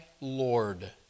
Lord